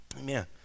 Amen